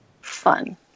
fun